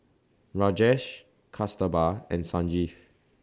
Rajesh Kasturba and Sanjeev